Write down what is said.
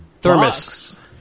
thermos